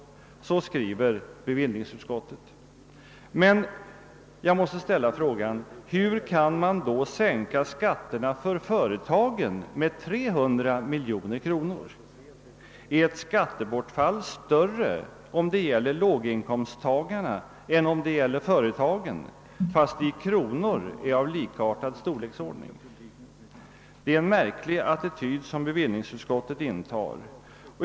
Så skriver bevillningsutskottet. Jag måste ställa frågan: Hur kan man då sänka skatterna för företagen med 300 miljoner kronor? är ett skattebortfall större om det gäller låginkomsttagarna än om det gäller företagen, fast det i kronor är av samma storlek? Det är en märklig attityd som bevillnings utskottet intar.